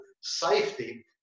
safety